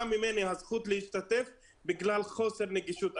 ממני הזכות להשתתף בגלל חוסר נגישות.